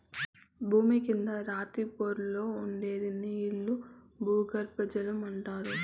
భూమి కింద రాతి పొరల్లో ఉండే నీళ్ళను భూగర్బజలం అంటారు